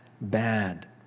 bad